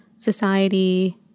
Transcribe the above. society